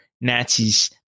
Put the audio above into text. Nazis